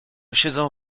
siedzą